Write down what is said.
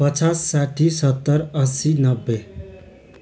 पचास साठी सत्तर अस्सी नब्बे